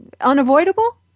unavoidable